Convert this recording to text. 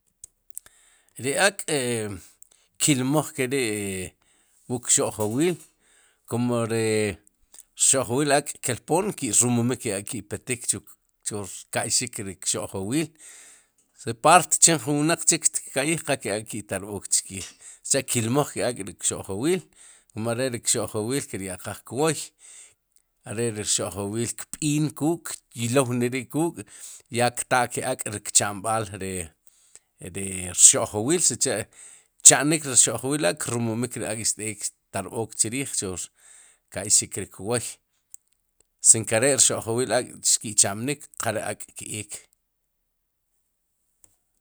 Ri ak' kilmaj ke ri wu kxo'jwil kum ri rxojwil ak' kelpoon ki'rumumik ke ri ak' ki petik chu rka'yxik ri kxo'jwil, si aparte chin jun wnaq chik xtka'yij qa ke ak'ki'tarb'ook chkiij, si cha' kilmaj ke'ak' ri kxo'jwil kum are re ri rxo'jwil ki rya'qaj rwoy are re ri rxo'jwil, kb'in kuk', kyolneri'kuk', ya ktaa ke ak' ri rchamb'al ri rxo'jwil si cha' kchamnik ri rxo'jwil ak' krumumik ri ak' xt'ek xtarb'ook chrij chu rka'yxik ri kwoy, si nkere'rxojwil ak' xki'chamnik qa re ak'k eek.